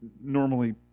normally